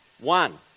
One